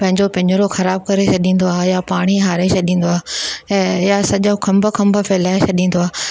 पंहिंजो पिंजरो ख़राबु करे छॾींदो आहे या पाणी हारे छॾींदो आहे ऐं या सॼो खंभु खंभु फैलाए छॾींदो आहे